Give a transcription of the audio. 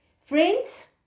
Friends